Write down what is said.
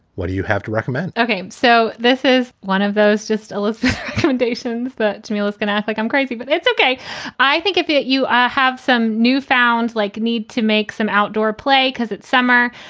what do you have to recommend? okay, so this is one of those just a little commendation. but to me, i was going to act like i'm crazy, but it's okay i think if it you have some new found like need to make some outdoor play because it's summer.